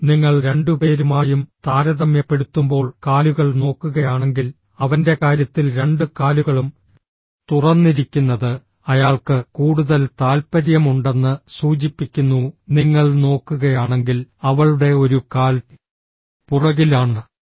എന്നാൽ നിങ്ങൾ രണ്ടുപേരുമായും താരതമ്യപ്പെടുത്തുമ്പോൾ കാലുകൾ നോക്കുകയാണെങ്കിൽ അവന്റെ കാര്യത്തിൽ രണ്ട് കാലുകളും തുറന്നിരിക്കുന്നത് അയാൾക്ക് കൂടുതൽ താൽപ്പര്യമുണ്ടെന്ന് സൂചിപ്പിക്കുന്നു നിങ്ങൾ നോക്കുകയാണെങ്കിൽ അവളുടെ ഒരു കാൽ പുറകിലാണ്